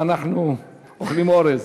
ואנחנו אוכלים אורז.